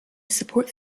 support